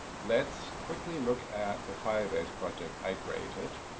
let's quickly look at the firebase project i created.